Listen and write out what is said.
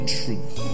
truth